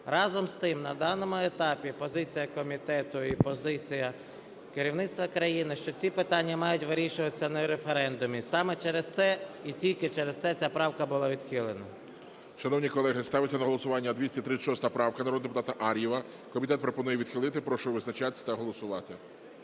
Разом з тим на даному етапі позиція комітету і позиція керівництва країни, що ці питання мають вирішуватися на референдумі. Саме через це і тільки через це правка була відхилена. ГОЛОВУЮЧИЙ. Шановні колеги, ставиться на голосування 236 правка народного депутата Ар'єва. Комітет пропонує відхилити. Прошу визначатися та голосувати.